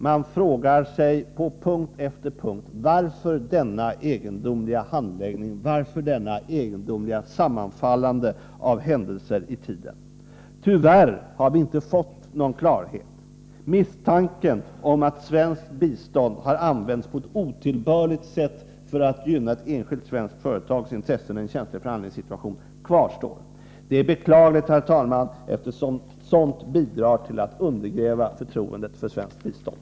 Man frågar sig på punkt efter punkt: Varför denna egendomliga handläggning? Varför detta egendomliga sammanfallande av händelser i tiden? Tyvärr har vi inte fått någon klarhet. Misstanken att svenskt bistånd har använts på ett otillbörligt sätt för att gynna ett enskilt svenskt företags intressen i en känslig förhandlingssituation kvarstår. Det är beklagligt, herr talman, eftersom sådant bidrar till att undergräva förtroendet för svenskt bistånd.